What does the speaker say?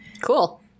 Cool